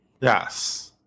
Yes